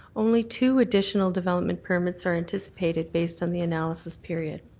only two additional development permits are anticipated based on the analysis period.